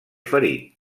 ferit